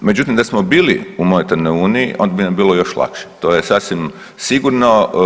Međutim, da smo bili u monetarnoj uniji onda bi nam bilo još lakše, to je sasvim sigurno.